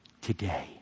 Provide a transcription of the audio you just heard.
today